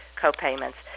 co-payments